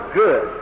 good